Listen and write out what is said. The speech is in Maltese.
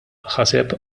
ħaseb